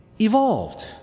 evolved